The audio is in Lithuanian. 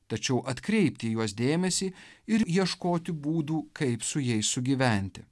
tačiau atkreipti į juos dėmesį ir ieškoti būdų kaip su jais sugyventi